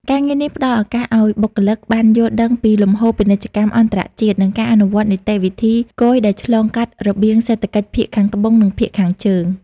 ការងារនេះផ្តល់ឱកាសឱ្យបុគ្គលិកបានយល់ដឹងពីលំហូរពាណិជ្ជកម្មអន្តរជាតិ និងការអនុវត្តនីតិវិធីគយដែលឆ្លងកាត់របៀងសេដ្ឋកិច្ចភាគខាងត្បូង និងភាគខាងជើង។